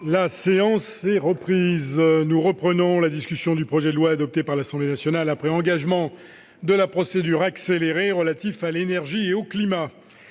La séance est reprise. Nous reprenons la discussion du projet de loi, adopté par l'Assemblée nationale après engagement de la procédure accélérée, relatif à l'énergie et au climat.